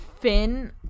Finn